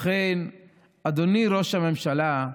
אדוני ראש הממשלה,